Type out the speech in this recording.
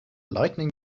lightning